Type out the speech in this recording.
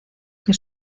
que